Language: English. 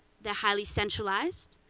they're highly centralized.